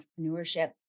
entrepreneurship